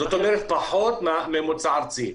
זאת אומרת, פחות מהממוצע הארצי.